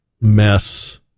mess